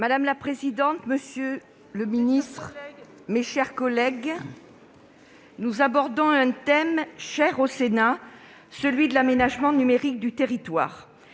Madame la présidente, monsieur le secrétaire d'État, mes chers collègues, nous abordons un thème cher au sénat, celui de l'aménagement numérique du territoire.